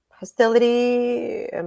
hostility